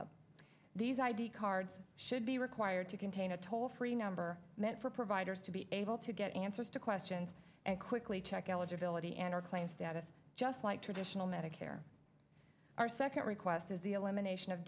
up these id cards should be required to contain a toll free number meant for providers to be able to get answers to questions and quickly check eligibility and or claim status just like traditional medicare our second request is the elimination of